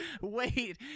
wait